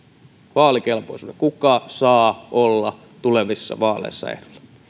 vaalikelpoisuuden kuka saa olla tulevissa vaaleissa ehdolla